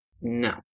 No